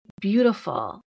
beautiful